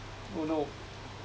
oh no